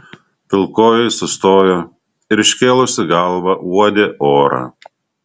pilkoji sustojo ir iškėlusi galvą uodė orą